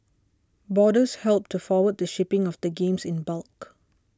boarders helped to forward the shipping of the games in bulk